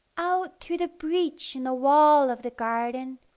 out through the breach in the wall of the garden,